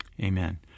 Amen